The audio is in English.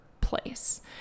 place